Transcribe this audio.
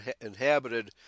inhabited